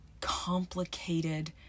complicated